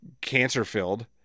cancer-filled